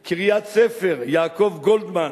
קריית-ספר, יעקב גוטרמן,